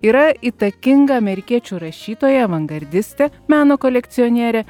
yra įtakinga amerikiečių rašytoja avangardistė meno kolekcionierė